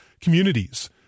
communities